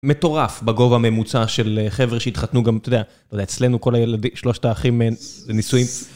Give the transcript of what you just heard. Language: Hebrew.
מטורף, בגובה ממוצע של חבר'ה שהתחתנו גם, אתה יודע, לא יודע, אצלנו כל הילדים, שלושת האחים, זה נישואים...